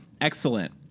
Excellent